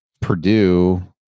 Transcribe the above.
purdue